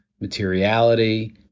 materiality